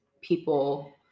people